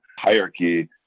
hierarchy